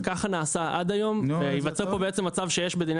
כך נעשה עד היום וייווצר פה בעצם מצב שיש בדיני